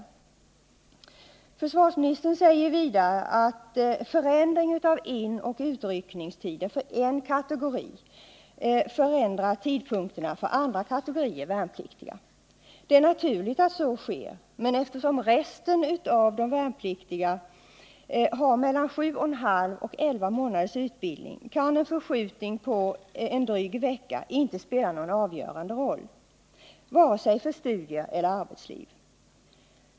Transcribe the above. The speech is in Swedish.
Vidare säger försvarsministern att förändringen av inoch utryckningstider för en kategori värnpliktiga förändrar tidpunkten för andra kategorier värnpliktiga. Det är naturligt att så sker, men eftersom övriga värnpliktiga har mellan 7,5 och 11 månaders utbildning skulle en förskjutning med drygt en vecka inte spela någon avgörande roll för vare sig studier eller arbetsliv.